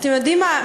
אתם יודעים מה?